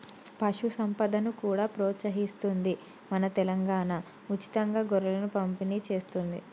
పశు సంపదను కూడా ప్రోత్సహిస్తుంది మన తెలంగాణా, ఉచితంగా గొర్రెలను పంపిణి చేస్తుంది